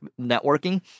networking